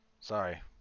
sorry